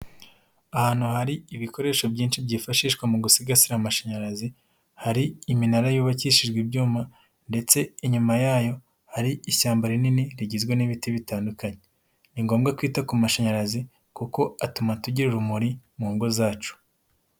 Ahantu hari ibikoresho byinshi byifashishwa mu gusigasira amashanyarazi, hari iminara yubakishijwe ibyuma ndetse inyuma yayo hari ishyamba rinini rigizwe n'ibiti bitandukanye, ni ngombwa kwita ku mashanyarazi kuko atuma tugira urumuri mu ngo zacu.